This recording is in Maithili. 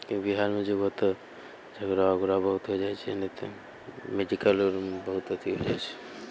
बिहारमे जेबहो तऽ झगड़ा उगड़ा बहुत हो जाइ छै नहि तऽ मेडिकल आओर बहुत अथी हो जाइ छै